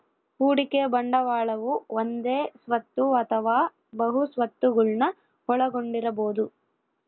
ಹೂಡಿಕೆ ಬಂಡವಾಳವು ಒಂದೇ ಸ್ವತ್ತು ಅಥವಾ ಬಹು ಸ್ವತ್ತುಗುಳ್ನ ಒಳಗೊಂಡಿರಬೊದು